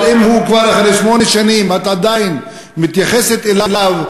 אבל אם גם אחרי שמונה שנים את עדיין מתייחסת אליו,